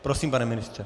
Prosím, pane ministře.